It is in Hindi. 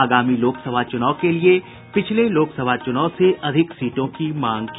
आगामी लोकसभा चुनाव के लिए पिछले लोकसभा चूनाव से अधिक सीटों की मांग की